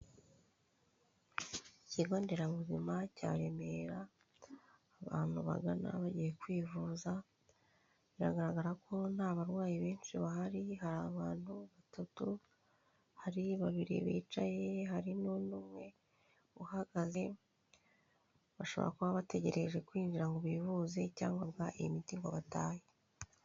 Ikigo nderabuzima cya Remera abantu bangana bagiye kwivuza, biragaragara ko nta barwayi benshi bahari, hari abantu batatu, hari babiri bicaye, hari n'undi umwe uhagaze, bashobora kuba bategereje kwinjira ngo bivuze icyangombwa imiti ngo batahe.